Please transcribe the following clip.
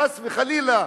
חס וחלילה,